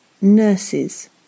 nurses